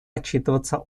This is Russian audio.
отчитываться